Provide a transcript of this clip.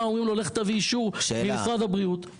אומרים לו ללכת להביא אישור ממשרד הבריאות.